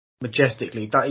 Majestically